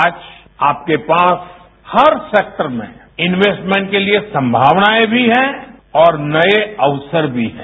आज आपके पास हर सेक्टर में इन्वेस्टमेंट के लिए संभावनाएं भी हैं और नए अवसर भी हैं